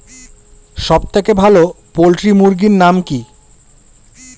সবথেকে ভালো পোল্ট্রি মুরগির নাম কি?